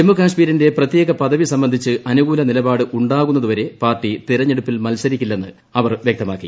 ജമ്മുകാശ്മീരിന്റെ പ്രത്യേക പദവി സംബന്ധിച്ച് അനുകൂല നിലപാട് ഉണ്ടാകുന്നതുവരെ പാർട്ടി തെരഞ്ഞെടുപ്പിൽ മത്സരിക്കില്ലെന്ന് അവർ വൃക്തമാക്കി